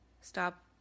stop